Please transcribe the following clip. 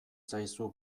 zaizu